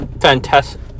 fantastic